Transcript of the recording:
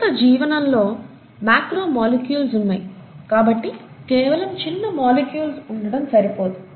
ప్రస్తుత జీవనంలో macro molecules ఉన్నాయి కాబట్టి కేవలం చిన్న మాలిక్యూల్స్ ఉండడం సరిపోదు